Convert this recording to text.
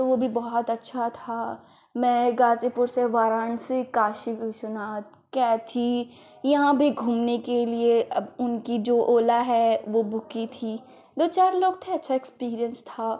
तो वो भी बहुत अच्छा था मैं गाजीपुर से वाराणसी काशी विश्वनाथ कैथी यहाँ भी घूमने के लिए उनकी जो ओला है वो बुक की थी दो चार लोग थे अच्छा एक्सपीरियंस था